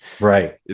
Right